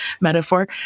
metaphor